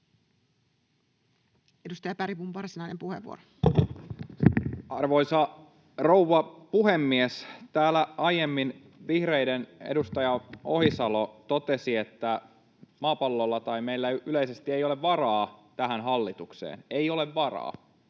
Edustaja Bergbom, varsinainen puheenvuoro. Arvoisa rouva puhemies! Täällä aiemmin vihreiden edustaja Ohisalo totesi, että maapallolla tai meillä yleisesti ei ole varaa tähän hallitukseen — ei ole varaa